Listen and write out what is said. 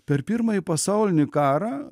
per pirmąjį pasaulinį karą